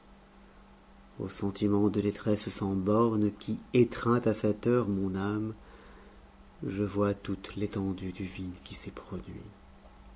au sentiment de détresse sans bornes qui étreint à cette heure mon âme je vois toute l'étendue du vide qui s'est produit